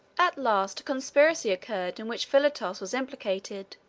at last a conspiracy occurred in which philotas was implicated.